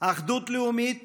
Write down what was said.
אחדות לאומית